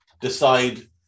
decide